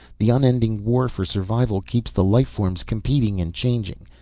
the unending war for survival keeps the life forms competing and changing.